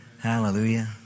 Hallelujah